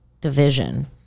division